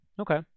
Okay